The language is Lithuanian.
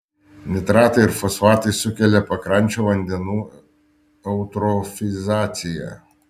nitratai ir fosfatai sukelia pakrančių vandenų eutrofizaciją